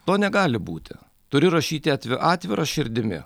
to negali būti turi rašyti atvi atvira širdimi